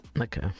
Okay